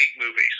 movies